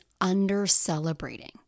under-celebrating